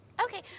Okay